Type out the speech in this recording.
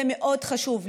זה מאוד חשוב.